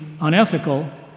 unethical